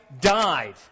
died